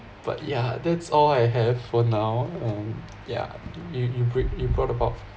but yeah that's all I have for now um yeah you you break you brought about